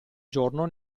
giorno